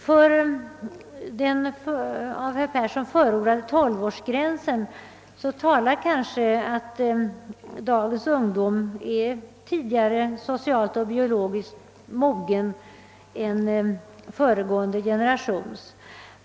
För den av herr Persson förordade tolvårsgränsen talar kanske att dagens ungdom är tidigare socialt och biologiskt mogen än föregående generations.